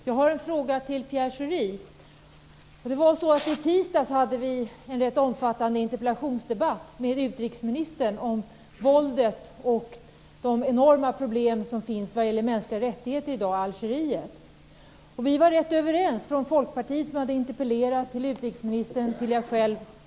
Herr talman! Jag har en fråga till Pierre Schori. I tisdags hade vi en rätt omfattande interpellationsdebatt med utrikesministern om våldet och de enorma problem som finns vad gäller mänskliga rättigheter i dag i Algeriet. Vi var rätt överens. Det gällde Folkpartiet, som hade interpellerat, utrikesministern och jag själv.